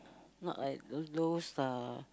not like the those uh